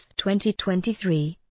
2023